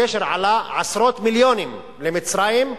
הגשר עלה עשרות מיליונים למצרים,